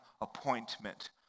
appointment